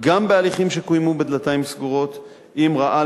גם בהליכים שקוימו בדלתיים סגורות אם ראה